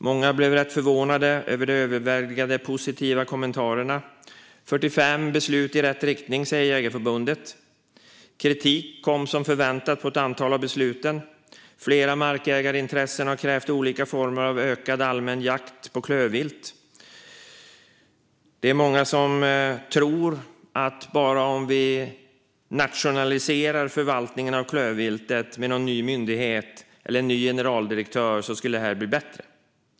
Många blev rätt förvånade över de övervägande positiva kommentarerna. Jägareförbundet säger att det är 45 beslut i rätt riktning. Som förväntat kom det kritik mot ett antal av besluten. Flera markägarintressen har krävt olika former av ökad allmän jakt på klövvilt. Det är många som tror att det skulle bli bättre bara vi nationaliserade förvaltningen av klövviltet vid någon ny myndighet eller med en ny generaldirektör.